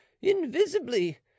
invisibly